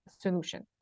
solution